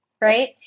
right